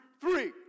three